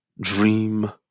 dream